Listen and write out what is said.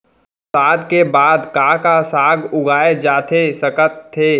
बरसात के बाद का का साग उगाए जाथे सकत हे?